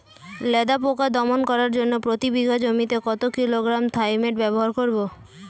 লেদা পোকা দমন করার জন্য প্রতি বিঘা জমিতে কত কিলোগ্রাম থাইমেট ব্যবহার করব?